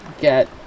get